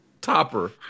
topper